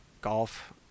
golf